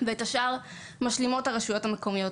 ואת השאר משלימות הרשויות המקומיות.